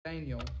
Daniel